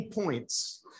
points